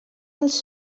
els